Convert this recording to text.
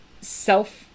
self